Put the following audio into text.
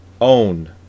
own